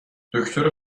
دکتر